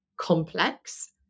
complex